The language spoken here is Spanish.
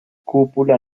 cúpula